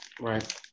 Right